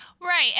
Right